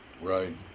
Right